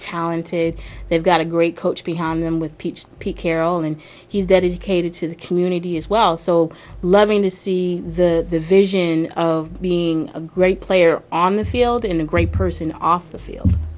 talented they've got a great coach behind them with p h p carroll and he's dedicated to the community as well so loving to see the vision of being a great player on the field in a great person off the field